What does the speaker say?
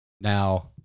Now